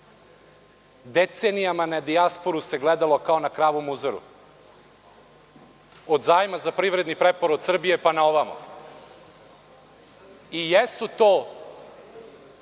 Decenijama na dijasporu se gledalo kao na kravu muzaru. Od zajma za privredni preporod Srbije pa naovamo i to